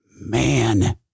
man